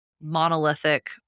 monolithic